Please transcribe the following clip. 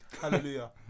Hallelujah